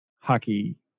hockey